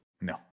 No